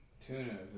tuna